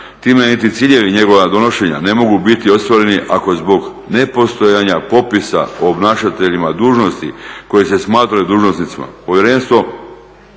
time niti ciljevi njegova donošenja ne mogu biti ostvareni ako zbog nepostojanja popisa o obnašateljima dužnosti koji se smatraju dužnosnicima